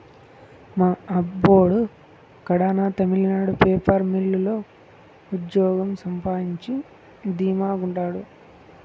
మా అబ్బోడు కడాన తమిళనాడు పేపర్ మిల్లు లో ఉజ్జోగం సంపాయించి ధీమా గుండారు